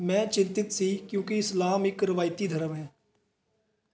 ਮੈਂ ਚਿੰਤਤ ਸੀ ਕਿਉਂਕਿ ਇਸਲਾਮ ਇੱਕ ਰਵਾਇਤੀ ਧਰਮ ਹੈ